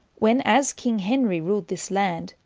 when as king henry rulde this land,